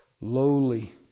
lowly